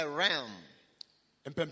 realm